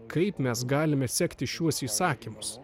kaip mes galime sekti šiuos įsakymus